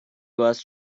was